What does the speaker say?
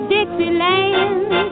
Dixieland